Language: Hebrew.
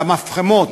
על המפחמות,